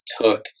took